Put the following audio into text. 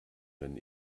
wenn